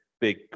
big